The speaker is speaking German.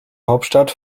hauptstadt